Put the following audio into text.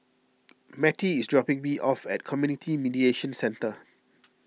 Mattie is dropping me off at Community Mediation Centre